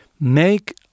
Make